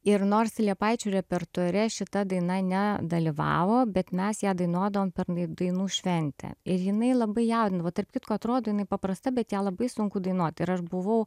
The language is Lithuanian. ir nors liepaičių repertuare šita daina nedalyvavo bet mes ją dainuodavom per dai dainų šventę ir jinai labai jaudindavo tarp kitko atrodo jinai paprasta bet ją labai sunku dainuoti ir aš buvau